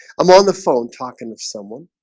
i'm on the phone talking to someone